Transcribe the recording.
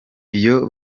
iyo